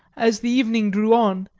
as the evening drew on,